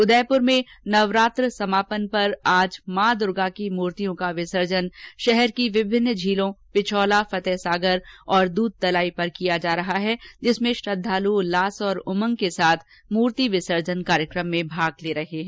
उदयपुर में नवरात्रा समापन पर आज मां दुर्गा की मूर्ति विसर्जन शहर की विभिन्न झीलों पिछला फतहसागर और दूधतलाई पर किया जा रहा है जिसमें श्रद्वालु उल्लास और उमंग के साथ मूर्ति विसर्जन कार्यक्रम में भाग ले रहे हैं